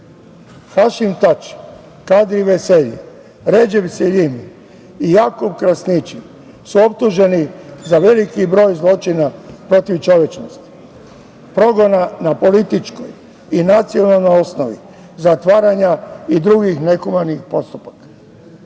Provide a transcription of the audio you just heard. Hašim Tači, Kadri Veselji, Redžep Seljimi i Jakup Krasnići su optuženi za veliki broj zločina protiv čovečnosti, progona na političkoj i nacionalnoj osnovi, zatvaranja i drugih nehumanih postupaka,